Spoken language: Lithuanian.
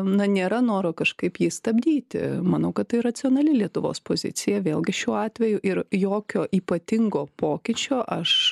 na nėra noro kažkaip jį stabdyti manau kad tai racionali lietuvos pozicija vėlgi šiuo atveju ir jokio ypatingo pokyčio aš